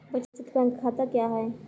बचत बैंक खाता क्या है?